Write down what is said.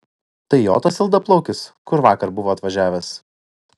tai jo tas ilgaplaukis kur vakar buvo atvažiavęs